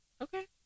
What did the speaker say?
Okay